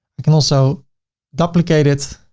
i can also duplicate it.